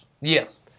Yes